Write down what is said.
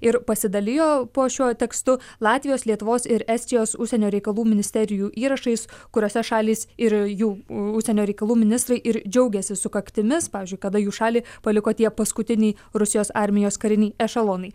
ir pasidalijo po šiuo tekstu latvijos lietuvos ir estijos užsienio reikalų ministerijų įrašais kuriuose šalys ir jų užsienio reikalų ministrai ir džiaugėsi sukaktimis pavyzdžiui kada jų šalį paliko tie paskutiniai rusijos armijos kariniai ešelonai